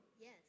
Yes